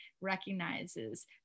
recognizes